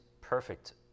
perfect